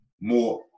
more